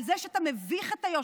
על זה שאתה מביך את היושב-ראש.